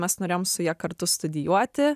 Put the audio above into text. mes norėjom su ja kartu studijuoti